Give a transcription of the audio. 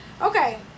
Okay